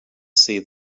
see